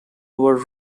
over